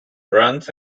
runs